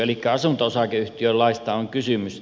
elikkä asunto osakeyhtiölaista on kysymys